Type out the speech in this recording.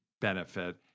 benefit